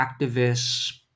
activists